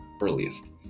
earliest